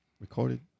recorded